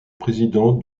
président